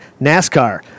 NASCAR